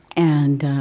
and,